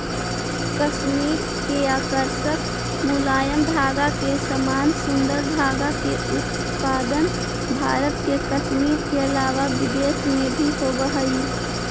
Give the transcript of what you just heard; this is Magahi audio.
कश्मीर के आकर्षक मुलायम धागा के समान सुन्दर धागा के उत्पादन भारत के कश्मीर के अलावा विदेश में भी होवऽ हई